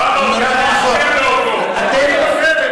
הוא בא עם סכין.